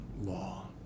law